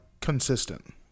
consistent